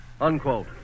Unquote